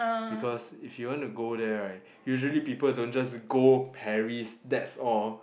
because if you want to go there right usually people don't just go Paris that's all